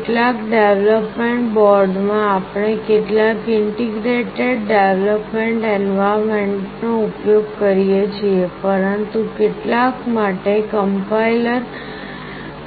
કેટલાક ડેવલપમેન્ટ બોર્ડમાં આપણે કેટલાક ઈન્ટિગ્રેટેડ ડેવલપમેન્ટ એન્વાર્યમેન્ટ નો ઉપયોગ કરીએ છીએ પરંતુ કેટલાક માટે કમ્પાઇલર